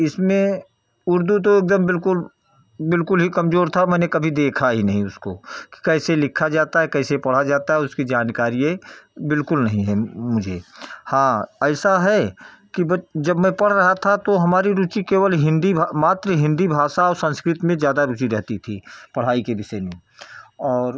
इसमें उर्दू तो एकदम बिलकुल बिलकुल ही कमजोर था मैंने कभी देखा ही नहीं उसको की कैसे लिखा जाता है कैसे पढ़ा जाता है उसकी जानकारी बिल्कुल नहीं है मुझे हाँ ऐसा है कि जब मैं पढ़ रहा था तो हमारी रुचि केवल हिंदी मात्रा हिंदी भाषा और संस्कृत में ज़्यादा रुचि रहती थी पढ़ाई के विषय में और